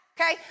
Okay